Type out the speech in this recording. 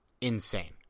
insane